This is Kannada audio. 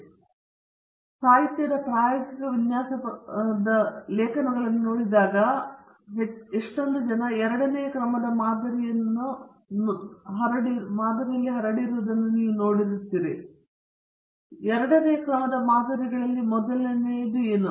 ಸರಿ ಈಗ ನೀವು ಸಾಹಿತ್ಯದ ಪ್ರಾಯೋಗಿಕ ವಿನ್ಯಾಸ ಪತ್ರಗಳನ್ನು ನೋಡಿದಾಗ ಅವರು ಎರಡನೆಯ ಕ್ರಮದ ಮಾದರಿಯಲ್ಲಿ ಹರಡುತ್ತಿದ್ದಾರೆ ಎರಡನೆಯ ಕ್ರಮದ ಮಾದರಿಗಳಲ್ಲಿ ಮೊದಲನೆಯದು ಏನು